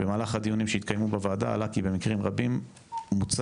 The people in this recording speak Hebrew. במהלך הדיונים שהתקיימו בוועדה עלה כי במקרים רבים מוצע